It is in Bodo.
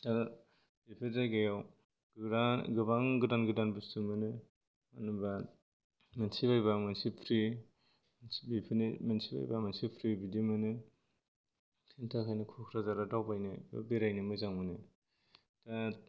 दा बेफोर जायगायाव गोबां गोदान गोदान बुस्थु मोनो जेनेबा मोनसे बायबा मोनसे फ्रि बेफोरनो मोनसे बायबा मोनसे फ्रि बिदि मोनो बेनि थाखायनो क'क्राजारआव दावबायनो बेरायनो मोजां मोनो